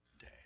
day